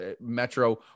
Metro